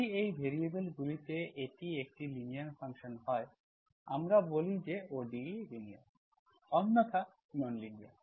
যদি এই ভ্যারিয়েবলগুলিতে এটি একটি লিনিয়ার ফাংশন হয় আমরা বলি যে ODE লিনিয়ার অন্যথায় নন লিনিয়ার